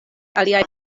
aliaj